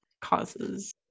causes